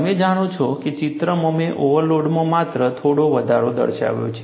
તમે જાણો છો કે ચિત્રમાં મેં ઓવરલોડમાં માત્ર થોડો વધારો દર્શાવ્યો છે